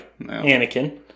Anakin